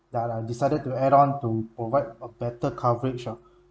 that I decided to add on to provide a better coverage ah